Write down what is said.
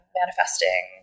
manifesting